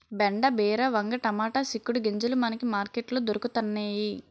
బెండ బీర వంగ టమాటా సిక్కుడు గింజలు మనకి మార్కెట్ లో దొరకతన్నేయి